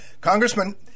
Congressman